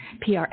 PR